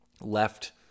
left